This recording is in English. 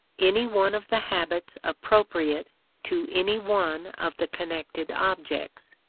any one of the habits appropriate to any one of the connected objects.